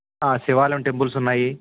శివాలయం టెంపుల్స్ ఉన్నాయి